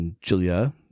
Julia